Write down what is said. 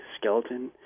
skeleton